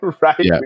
Right